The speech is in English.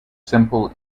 simple